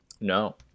No